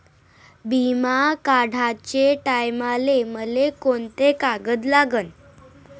बिमा काढाचे टायमाले मले कोंते कागद लागन?